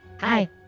Hi